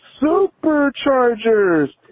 Superchargers